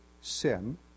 sin